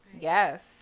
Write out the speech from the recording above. Yes